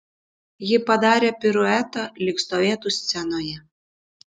ji padarė piruetą lyg stovėtų scenoje